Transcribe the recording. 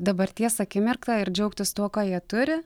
dabarties akimirką ir džiaugtis tuo ko jie turi